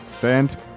Band